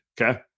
Okay